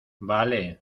vale